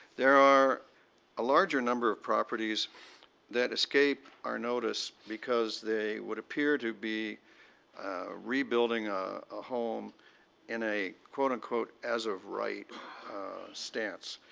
there are a larger number of properties that escape our notice because they would appear to be rebuilding a home in a quote unquote as of right stance.